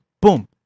Boom